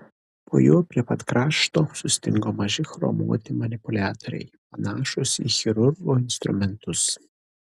po juo prie pat krašto sustingo maži chromuoti manipuliatoriai panašūs į chirurgo instrumentus